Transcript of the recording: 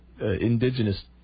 indigenous